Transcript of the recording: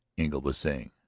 engle was saying,